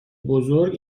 بزرگ